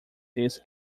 this